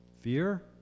fear